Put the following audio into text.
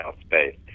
space